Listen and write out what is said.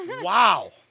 wow